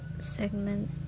Segment